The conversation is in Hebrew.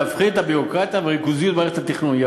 להפחית את הביורוקרטיה והריכוזיות במערכת התכנון.